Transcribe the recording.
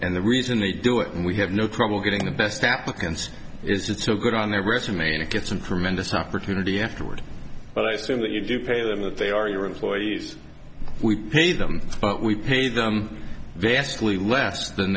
and the reason they do it and we have no trouble getting the best applicants is that so good on their resume to get some tremendous opportunity afterward but i assume that you do pay them that they are your employees we pay them but we pay them vastly less than